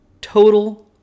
total